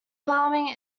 farming